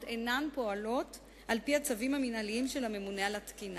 אינן פועלות על-פי הצווים המינהליים של הממונה על התקינה.